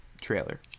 trailer